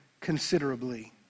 considerably